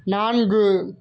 நான்கு